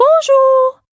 bonjour